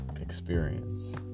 experience